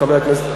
חבר הכנסת.